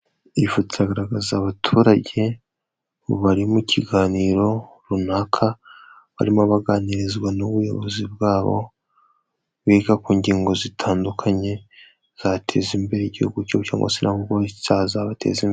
Iyi foto iragaragaza abaturage bari mu kiganiro runaka barimo baganirizwa n'ubuyobozi bwabo biga ku ngingo zitandukanye zateza imbere igihugu cyose imbere.